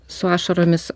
su ašaromis